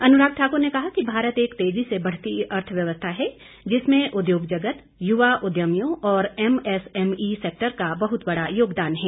अनुराग ठाकुर ने कहा कि भारत एक तेजी से बढ़ती अर्थव्यवस्था है जिसमें उद्योग जगत युवा उद्यमियों और एमएसएमई सेक्टर का बहुत बड़ा योगदान है